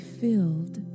filled